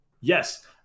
yes